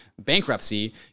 bankruptcy